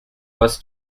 was